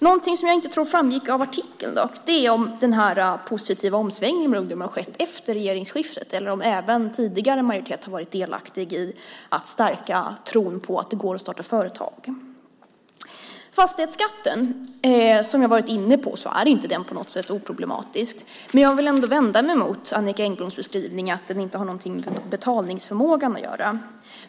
Någonting som jag dock inte tror framgick av artikeln är om denna positiva omsvängning bland ungdomar har skett efter regeringsskiftet eller om även tidigare majoritet har varit delaktig i att stärka tron på att det går att starta företag. Som jag har varit inne på är fastighetsskatten inte på något sätt oproblematisk. Jag vill dock ändå vända mig mot Annicka Engbloms beskrivning att den inte har någonting med betalningsförmågan att göra.